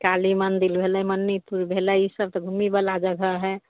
काली मन्दिर भेलै मन्नीपुर भेलै ई सब तऽ घुमही बला जगह है